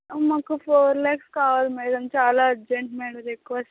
మాకు ఫోర్ ల్యాక్స్ కావాలి మేడం చాలా అర్జెంటు మేడం రిక్వెస్ట్